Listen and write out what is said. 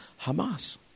Hamas